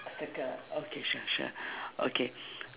circle ah okay sure sure okay